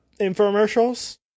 infomercials